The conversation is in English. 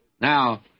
Now